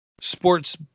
sports